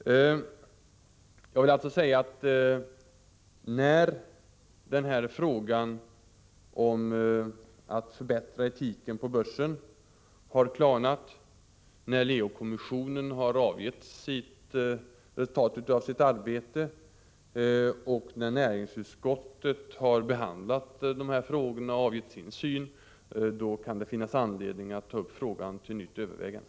Jag vill alltså säga att när frågan om att förbättra etiken på börsen har klarnat, när Leokommissionen presenterat resultatet av sitt arbete och när näringsutskottet har behandlat de här frågorna och gett sin syn på dem, då kan det finnas anledning att ta upp frågan till nytt övervägande.